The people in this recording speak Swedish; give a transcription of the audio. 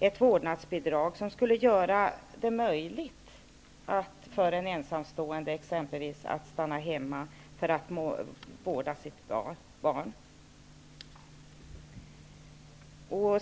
ett vårdnadsbidrag som skulle göra det möjligt för t.ex. en ensamstående förälder att stanna hemma och vårda sitt barn.